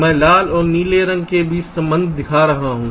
मैं लाल और नीले रंग के बीच संबंध दिखा रहा हूं